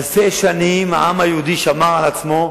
אלפי שנים העם היהודי שמר על עצמו,